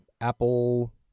Apple